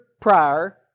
prior